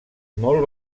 molt